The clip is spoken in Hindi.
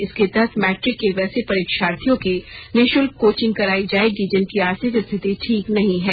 इसके तहत मैट्रिक के वैसे परीक्षार्थियों की निशुल्क कोचिंग कराई जाएगी जिनकी आर्थिक स्थिति ठीक नहीं है